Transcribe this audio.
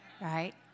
right